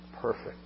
perfect